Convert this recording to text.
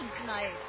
tonight